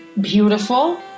beautiful